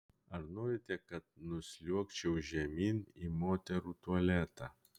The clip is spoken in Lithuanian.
ar norite kad nusliuogčiau žemyn į moterų tualetą